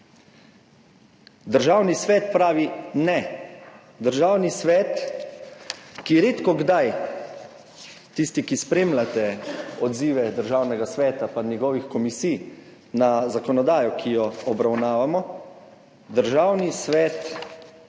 Državni svet pravi ne. Državni svet, ki redkokdaj, tisti, ki spremljate odzive Državnega sveta pa njegovih komisij na zakonodajo, ki jo obravnavamo, Državni svet na